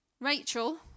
Rachel